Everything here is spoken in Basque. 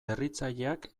berritzaileak